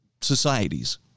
societies